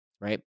right